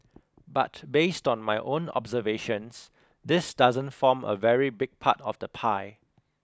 but based on my own observations this doesn't form a very big part of the pie